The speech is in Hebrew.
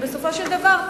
ובסופו של דבר,